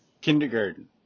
kindergarten